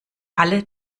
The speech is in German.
alle